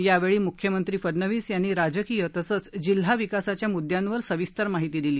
यावेळी मुख्यमंत्री फडनवीस यांनी राजकीय तसेच जिल्हा विकासाच्या मुदयांवर सविस्तर माहिती दिली